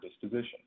disposition